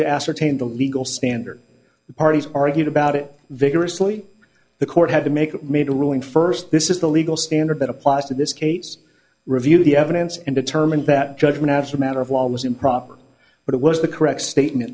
to ascertain the legal standard the parties argued about it vigorously the court had to make a made a ruling first this is the legal standard that applies to this case review the evidence and determined that judgment as to matter of law was improper but it was the correct statement